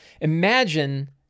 Imagine